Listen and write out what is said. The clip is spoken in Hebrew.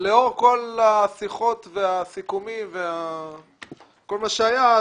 לאור כל השיחות והסיכומים וכל מה שהיה,